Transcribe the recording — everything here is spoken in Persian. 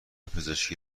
پزشکی